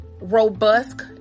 robust